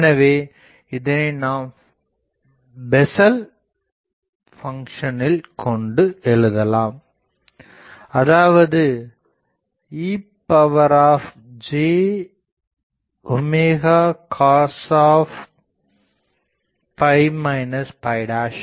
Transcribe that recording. எனவே இதனை நாம் பேசல் பங்க்ஷனில் கொண்டு எழுதலாம் அதாவது ejw cos